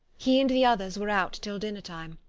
he and the others were out till dinner-time,